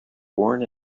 born